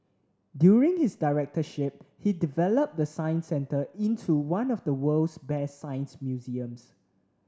during his directorship he developed the Science Centre into one of the world's best science museums